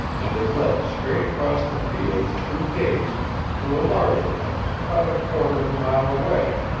and it led straight across the fields through gates to a larger house about a quarter of a mile away.